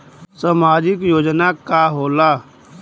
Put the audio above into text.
सामाजिक योजना का होला?